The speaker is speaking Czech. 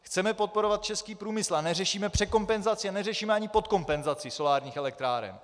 Chceme podporovat český průmysl, a neřešíme překompenzaci a neřešíme ani podkompenzaci solárních elektráren.